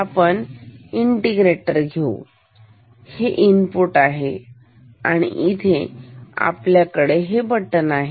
आपण इंटेग्रेटर घेऊ हे इनपुट आहे आणि इथे आपल्याकडे बटन आहे